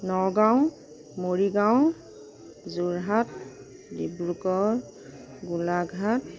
Nagaon Morigaon Jorhat Dibrugarh Golaghat